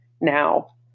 Now